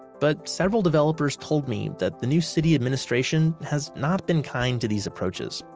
but several developers told me that the new city administration has not been kind to these approaches.